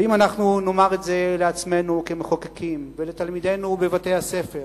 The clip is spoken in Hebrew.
ואם אנחנו נאמר את זה לעצמנו כמחוקקים ולתלמידינו בבתי-הספר